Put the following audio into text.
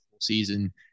season